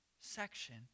section